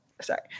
sorry